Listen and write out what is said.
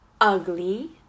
ugly